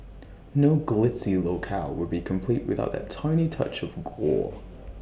no glitzy locale would be complete without that tiny touch of gore